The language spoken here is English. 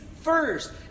first